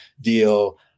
deal